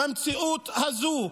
במציאות הזאת,